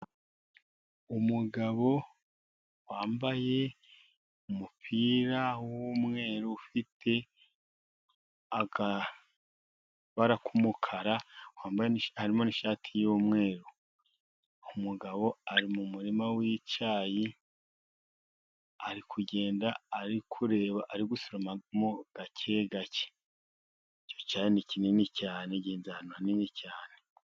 Umugabo wambaye umupira w'umweru ufite akabara k'umukara, harimo n'ishati y'umweru. Umugabo ari mu murima w'icyayi, ari kugenda arikureba, ari gusoroma gake gake, icyo cyayi ni kinini cyane, gihinze ahantu hanini cyane.